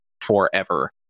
forever